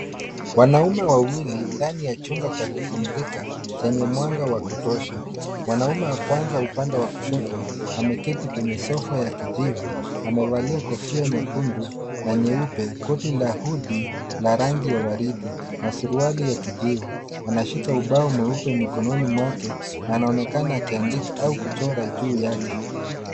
Wanaume wawili ndani ya chumba cha kupumzika chenye mwanga wa kutosha. Mwanaume wa kwanza upande wa kushoto ameketi kwenye sofa ya kijivu, amevalia kofia nyekundu na nyeupe, koti la hudi la rangi ya waridi na suruali ya kijivu. Anashika ubao mweupe mikononi mwake na anaonekana akiandika au kuchora juu yake.